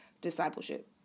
discipleship